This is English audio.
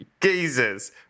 geezers